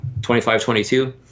25-22